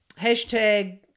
hashtag